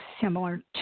similar